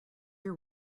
your